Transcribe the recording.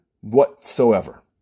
whatsoever